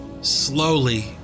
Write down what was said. slowly